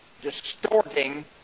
distorting